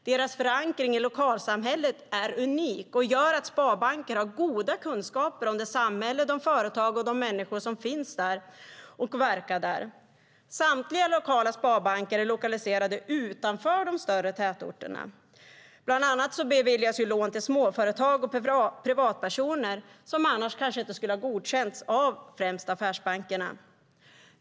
Deras förankring i lokalsamhället är unik och gör att de har goda kunskaper om det samhälle, de företag och de människor som finns och verkar där. Samtliga lokala sparbanker är lokaliserade utanför de större tätorterna. Bland annat beviljas lån till småföretag och privatpersoner som annars kanske inte skulle ha godkänts av främst affärsbankerna.